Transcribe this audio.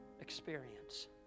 experience